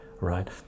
right